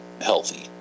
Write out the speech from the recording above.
healthy